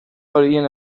horien